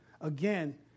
Again